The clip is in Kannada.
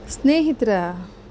ಸ್ನೇಹಿತರ